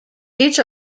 each